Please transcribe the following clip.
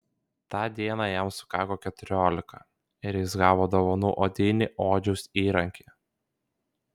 tą dieną jam sukako keturiolika ir jis gavo dovanų odinį odžiaus įrankį